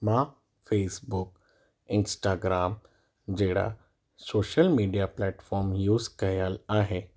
मां Facebook Instagram जहिड़ा social media platform use कयल आहे